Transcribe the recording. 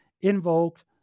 invoked